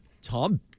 Tom